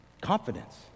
Confidence